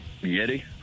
Yeti